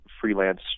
freelance